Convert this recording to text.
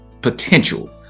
potential